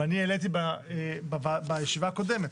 ואני העליתי בישיבה הקודמת.